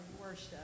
worship